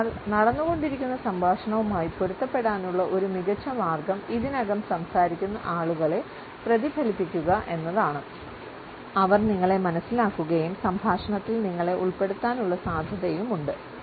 അതിനാൽ നടന്നുകൊണ്ടിരിക്കുന്ന സംഭാഷണവുമായി പൊരുത്തപ്പെടാനുള്ള ഒരു മികച്ച മാർഗം ഇതിനകം സംസാരിക്കുന്ന ആളുകളെ പ്രതിഫലിപ്പിക്കുക എന്നതാണ് അവർ നിങ്ങളെ മനസ്സിലാക്കുകയും സംഭാഷണത്തിൽ നിങ്ങളെ ഉൾപ്പെടുത്താനുള്ള സാധ്യതയുമുണ്ട്